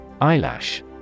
Eyelash